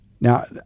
Now